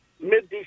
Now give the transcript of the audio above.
mid